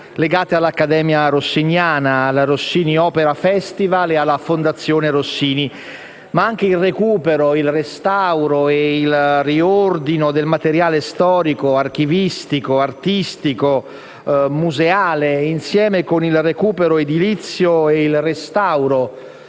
legate all'Accademia rossiniana-Rossini opera festival e alla Fondazione Rossini, ma anche il recupero, il restauro e il riordino del materiale storico, archivistico, artistico e museale, insieme con il recupero edilizio e il restauro